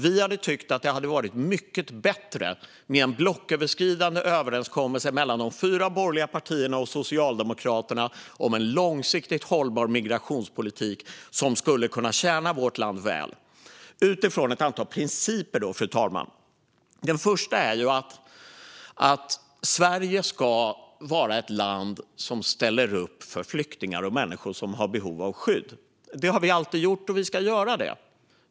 Vi hade tyckt att det varit mycket bättre med en blocköverskridande överenskommelse mellan de fyra borgerliga partierna och Socialdemokraterna om en långsiktigt hållbar migrationspolitik som skulle kunna tjäna vårt land väl utifrån ett antal principer, fru talman. Den första principen är att Sverige ska vara ett land som ställer upp för flyktingar och människor som har behov av skydd. Det har vi alltid gjort, och vi ska göra det.